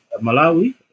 Malawi